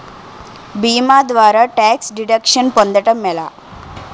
భీమా ద్వారా tax deduction పొందటం ఎలా?